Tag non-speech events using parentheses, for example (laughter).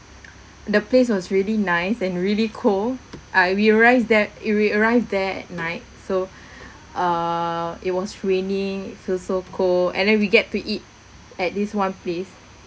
the place was really nice and really cold uh we realise that we arrived there that night so (breath) uh it was raining so so cold and then we get to eat at this one place